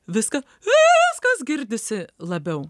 viską viskas girdisi labiau